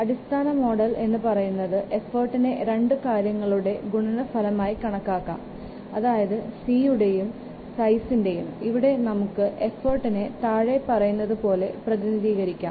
അടിസ്ഥാന മോഡൽ പറയുന്നത് എഫോർട്ടിനെ രണ്ടു കാര്യങ്ങളുടെ ഗുണന ഫലമായി കണക്കാക്കാം അതായത് 'c' യുടെയും 'സൈസി' ൻറെയും ഇവിടെ നമുക്ക് എഫോർട്ടിനെ താഴെ പറയുന്നതുപോലെ പ്രതിനിധീകരിക്കാം